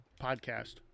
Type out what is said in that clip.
podcast